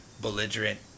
belligerent